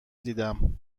دیدم